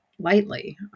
lightly